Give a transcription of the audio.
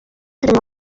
filime